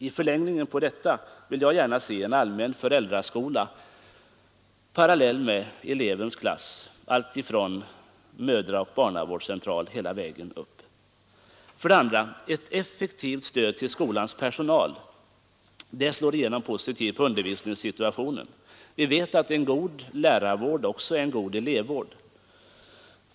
I förlängningen av detta vill jag gärna se en allmän föräldraskola, parallell med elevens klass, från mödraoch barnavårdscentral och hela vägen upp genom skoltiden. 2. Ett effektivt stöd till skolans personal. Det slår alltid igenom positivt på undervisningssituationen. En god lärarvård är också en god elevvård.